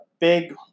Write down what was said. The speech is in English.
big